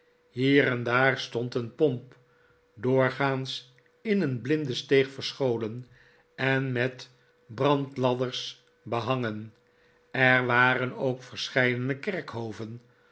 hier en daar stond een pomp doorgaans in een blinde steeg verscholen en met brandladders behangen er waren ook